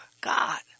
God